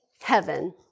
heaven